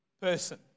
person